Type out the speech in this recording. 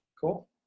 Cool